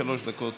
חבר הכנסת